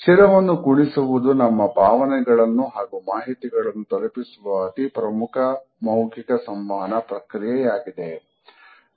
ಶಿರವನ್ನು ಕುಣಿಸುವುದು ನಮ್ಮ ಭಾವನೆಗಳನ್ನು ಹಾಗೂ ಮಾಹಿತಿಗಳನ್ನು ತಲುಪಿಸುವ ಅತಿಪ್ರಮುಖ ಮೌಖಿಕ ಸಂವಹನ ಪ್ರಕ್ರಿಯೆಯಾಗಿದೆ